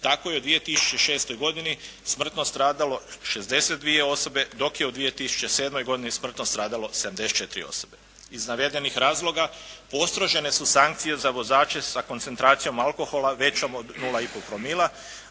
tako je u 2006. godini smrtno stradalo 62 osobe, dok je u 2007. godini smrtno stradalo 74 osobe. Iz navedenih razloga postrožene su sankcije za vozače sa koncentracijom alkohola većom od 0,5 promila,